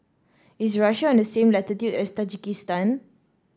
is Russia on the same Latitude as Tajikistan